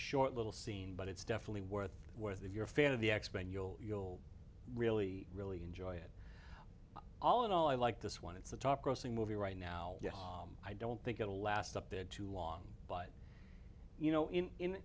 short little scene but it's definitely worth worth of your fan of the expo and you'll you'll really really enjoy it all in all i like this one it's a top grossing movie right now i don't think it'll last up there too long but you know in